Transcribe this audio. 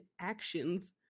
actions